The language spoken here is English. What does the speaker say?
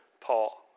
Paul